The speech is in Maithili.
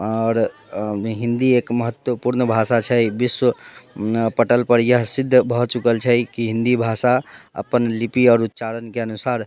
आओर हिन्दी एक महत्वपूर्ण भाषा छै विश्व पटलपर यह सिद्ध भऽ चुकल छै कि हिन्दी भाषा अपन लिपी आओर उच्चारणके अनुसार